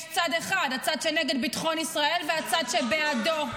יש צד אחד, הצד שנגד ביטחון ישראל והצד שבעדו.